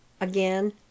again